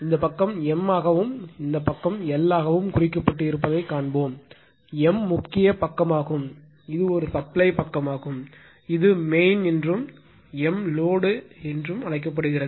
இந்த பக்கம் M ஆகவும் இந்த பக்கம் L ஆகவும் குறிக்கப்பட்டு இருப்பதைக் காண்போம் M முக்கிய பக்கமாகும் இது ஒரு சப்ளை பக்கமாகும் இது மெயின் என்றும் M லோடு பக்கமாகவும் அழைக்கப்படுகிறது